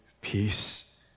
peace